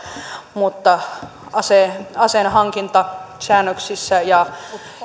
mutta aseenhankintasäännöksissä ja